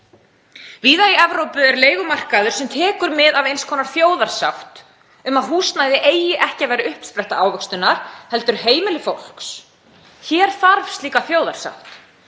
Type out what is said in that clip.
Víða í Evrópu er leigumarkaður sem tekur mið af eins konar þjóðarsátt um að húsnæði eigi ekki að vera uppspretta ávöxtunar heldur heimili fólks. Hér þarf slíka þjóðarsátt.